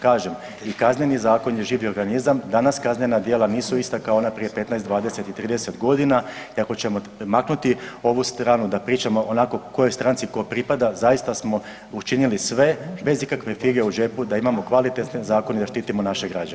Kažem, i Kazneni zakon je živi organizam, danas kaznena djela nisu ista kao ona prije 15, 20 i 30.g. i ako ćemo maknuti ovu stranu da pričamo onako kojoj stranci ko pripada zaista smo učinili sve bez ikakve fige u džepu da imamo kvalitetne zakone i da štitimo naše građane.